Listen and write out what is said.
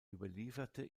überlieferte